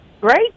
great